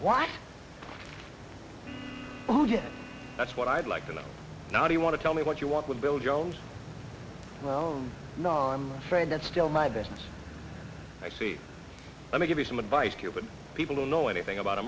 why oh yes that's what i'd like to know now do you want to tell me what you want with bill jones no no i'm afraid that's still my business i see let me give you some advice cuban people don't know anything about a